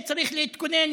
שצריך להתכונן,